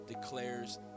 declares